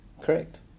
Correct